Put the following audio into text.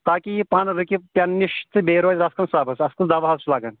تاکہِ یہِ پَن رُکہِ پیٚنہٕ نِش بیٚیہِ روزِ زَژھ کھنڑ سَبز اتھ کُس دوا حظ چھُ لَگان